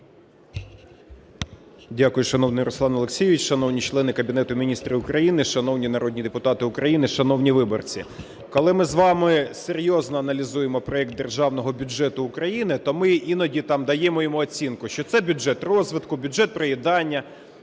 Дякую, шановний Руслан Олексійович. Шановні члени Кабінету Міністрів України, шановні народні депутати України, шановні виборці! Коли ми з вами серйозно аналізуємо проект Державного бюджету України, то ми іноді там даємо йому оцінку, що це бюджет розвитку, бюджет проїдання.